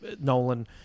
Nolan